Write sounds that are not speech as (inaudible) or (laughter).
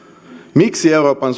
miksi euroopan (unintelligible)